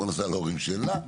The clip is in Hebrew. הוא נסע להורים שלה,